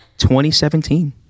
2017